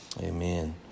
Amen